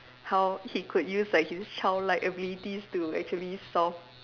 how he could use like his childlike abilities to actually solve